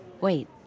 Wait